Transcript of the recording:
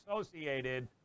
associated